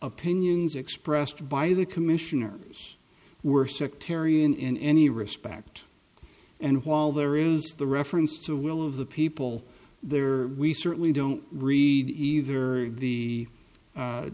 opinions expressed by the commissioners were sectarian in any respect and while there is the reference to will of the people there we certainly don't read either the